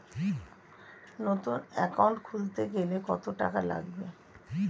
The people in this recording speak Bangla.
নতুন একাউন্ট খুলতে গেলে কত টাকা লাগবে?